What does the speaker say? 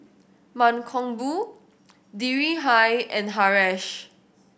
Mankombu Dhirubhai and Haresh